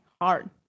hard